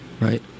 right